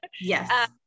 Yes